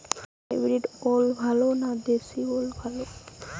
Hybrid ওল ভালো না দেশী ওল ভাল?